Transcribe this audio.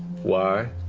why?